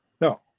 No